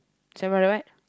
seven hundred what